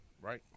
Right